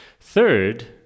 Third